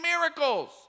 miracles